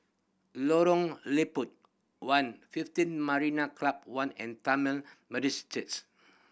Lorong Liput One Fifteen Marina Club One and Tamil Methodist Church